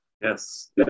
Yes